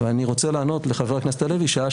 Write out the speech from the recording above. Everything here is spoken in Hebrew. ואני רוצה לענות לחבר הכנסת הלוי שעה